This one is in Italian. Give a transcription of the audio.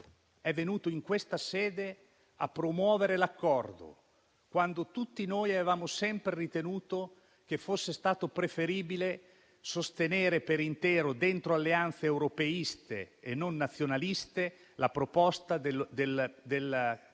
È venuto in questa sede a promuovere l'accordo, quando tutti noi avevamo sempre ritenuto che fosse preferibile sostenere per intero, dentro alleanze europeiste e non nazionaliste, la proposta del commissario